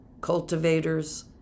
cultivators